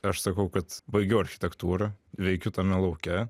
aš sakau kad baigiau architektūrą veikiu tame lauke